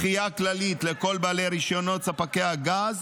דחייה כללית לכל בעלי רישיונות ספקי הגז,